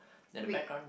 wait